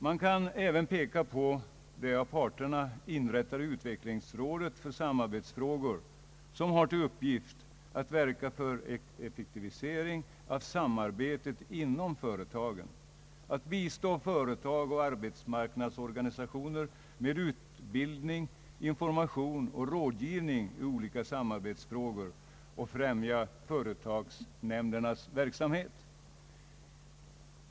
Man kan även peka på det av parterna inrättade utvecklingsrådet för samarbetsfrågor som har till uppgift att verka för effektivisering av samarbetet inom företagen och att bistå företag och arbetsmarknadsorganisationer med utbildning, information och rådgivning i olika samarbetsfrågor och främja företagsnämndernas verksamhet.